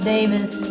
Davis